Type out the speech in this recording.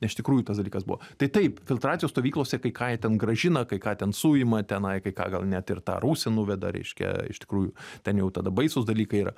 iš tikrųjų tas dalykas buvo tai taip filtracijos stovyklose kai ką jie ten grąžina kai ką ten suima tenai kai ką gal net ir į tą rūsį nuveda reiškia iš tikrųjų ten jau tada baisūs dalykai yra